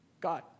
God